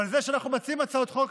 אבל זה שאנחנו מציעים הצעות חוק,